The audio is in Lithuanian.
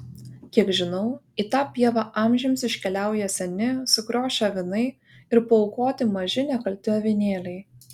kiek žinau į tą pievą amžiams iškeliauja seni sukriošę avinai ir paaukoti maži nekalti avinėliai